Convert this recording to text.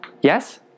yes